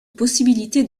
possibilité